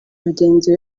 bagenzi